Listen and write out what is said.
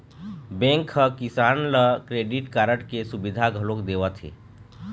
bank ह किसान ल क्रेडिट कारड के सुबिधा घलोक देवत हे